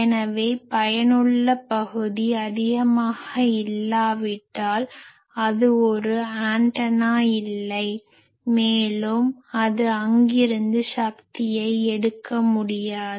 எனவே பயனுள்ள பகுதி அதிகமாக இல்லாவிட்டால் அது ஒரு ஆண்டனா இல்லை மேலும் அது அங்கிருந்து சக்தியை எடுக்க முடியாது